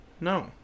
No